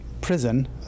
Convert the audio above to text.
prison